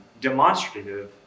demonstrative